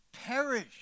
perish